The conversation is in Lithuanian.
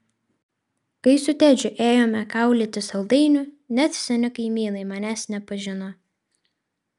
kai su tedžiu ėjome kaulyti saldainių net seni kaimynai manęs nepažino